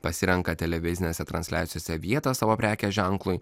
pasirenka televizinėse transliacijose vietą savo prekės ženklui